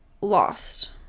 lost